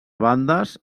bandes